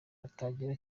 batagira